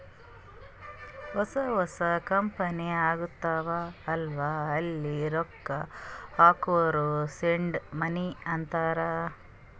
ಹೊಸಾ ಹೊಸಾ ಕಂಪನಿ ಆಗಿರ್ತಾವ್ ಅಲ್ಲಾ ಅಲ್ಲಿ ರೊಕ್ಕಾ ಹಾಕೂರ್ ಸೀಡ್ ಮನಿ ಅಂತಾರ